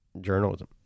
journalism